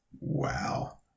Wow